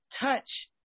touch